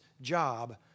job